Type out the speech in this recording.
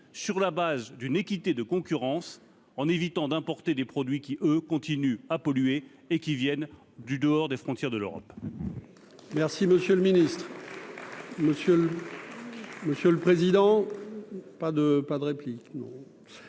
sur la base d'une équité de concurrence en évitant d'importer des produits qui eux continuent à polluer et qui viennent du dehors des frontières de l'Europe.